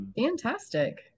Fantastic